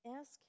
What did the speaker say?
Ask